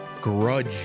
grudge